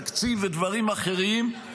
תקציב ודברים אחרים,